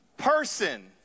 person